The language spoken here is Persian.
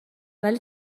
ولی